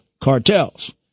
cartels